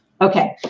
Okay